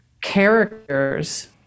characters